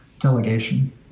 delegation